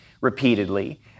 repeatedly